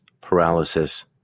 paralysis